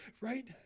Right